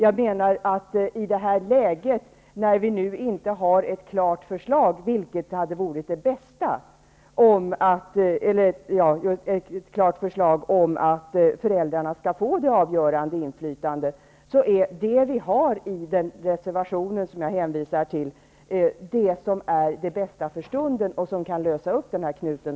I det här läget, när vi inte har ett klart förslag om att föräldrarna skall få det avgörande inflytandet -- vilket hade varit det bästa -- är det vi har i den reservation jag har hänvisat till det som är det bästa för stunden och som snabbt kan lösa upp den här knuten.